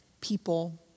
people